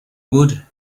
would